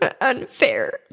unfair